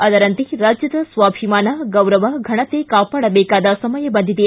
ಅದರಂತೆ ರಾಜ್ಯದ ಸ್ವಾಭಿಮಾನ ಗೌರವ ಫನತೆ ಕಾಪಾಡಬೇಕಾದ ಸಮಯ ಬಂದಿದೆ